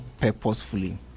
purposefully